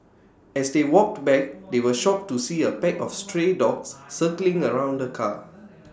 as they walked back they were shocked to see A pack of stray dogs circling around the car